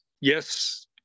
yes